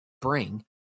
bring